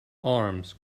arms